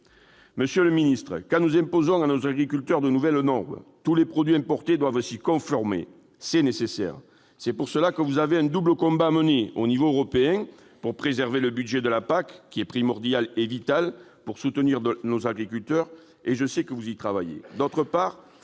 Monsieur le ministre, quand nous imposons à nos agriculteurs de nouvelles normes, tous les produits importés doivent s'y conformer ; c'est nécessaire. C'est pour cela que vous avez un double combat à mener au niveau européen. D'une part, vous devez préserver le budget de la PAC, qui est primordial et vital pour soutenir nos agriculteurs, et je sais que vous y travaillez.